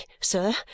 sir